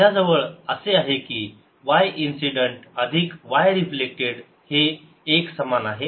माझ्याजवळ असे आहे की y इन्सिडेंट अधिक y रिफ्लेक्टेड हे 1 समान आहे